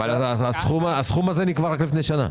הסכום הזה נקבע רק לפני שנה.